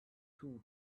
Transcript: two